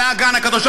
על האגן הקדוש,